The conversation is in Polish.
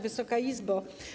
Wysoka Izbo!